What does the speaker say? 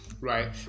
right